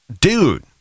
Dude